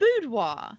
boudoir